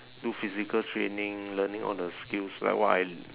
do physical training learning all the skills like what I